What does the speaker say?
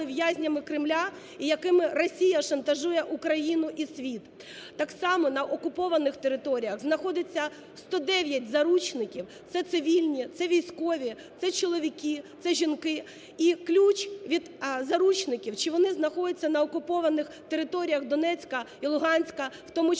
в'язнями Кремля і якими Росія шантажує Україну і світ. Так само на окупованих територіях знаходиться 109 заручників: це цивільні, це військові, це чоловіки, це жінки. І ключ від заручників, чи вони знаходяться на окупованих територіях Донецька і Луганська, у тому числі